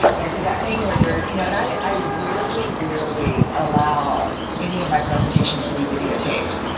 yeah, so that thing where they're you know and i rarely rarely allow any of my presentations to be videotaped.